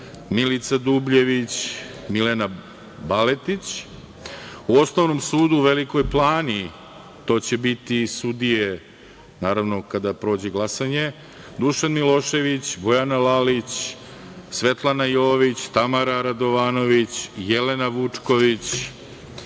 Milica Dubljević, Milena Baletić, u Osnovnom sudu u Velikoj Plani – to će biti sudije, naravno, kada prođe glasanje, Dušan Milošević, Bojana Lalić, Svetlana Jović, Tamara Radovanović, Jelena Vučković,